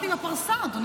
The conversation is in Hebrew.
--- דברי תורה וכאלה.